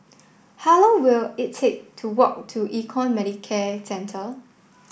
how long will it take to walk to Econ Medicare Centre